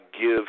give